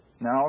Now